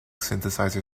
synthesizer